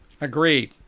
Agreed